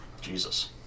Jesus